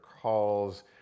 calls